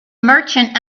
merchant